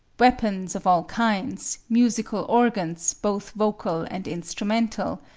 weapons of all kinds, musical organs, both vocal and instrumental,